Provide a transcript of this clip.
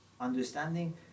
understanding